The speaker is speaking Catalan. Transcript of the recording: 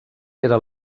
era